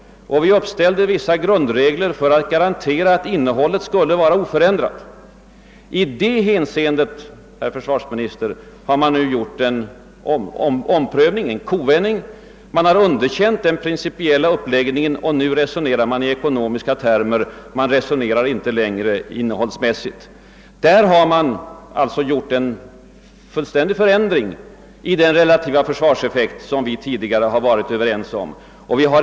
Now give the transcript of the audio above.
Vi uppställde vissa grundregler som skulle garantera att innehållet blev oförändrat. I det hänseendet, herr försvarsminister, har regeringen nu gjort en omprövning, en kovändning. Man har underkänt den principiella uppläggningen. Nu resonerar man i ekonomiska termer; man ser inte i första hand på försvarets innehåll. Man har nu plötsligt en helt annan syn på den relativa försvarseffekten än den vi tidigare varit överens om.